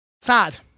Sad